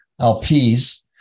LPs